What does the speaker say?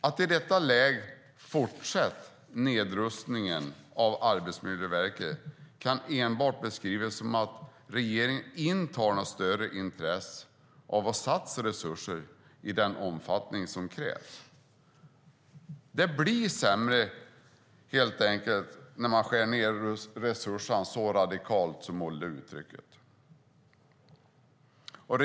Att i detta läge fortsätta nedrustningen av Arbetsmiljöverket kan enbart beskrivas som att regeringen inte har något större intresse av att satsa resurser i den omfattning som krävs. Det blir helt enkelt sämre när man skär ned resurserna så radikalt, som Olle uttrycker det.